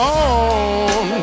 on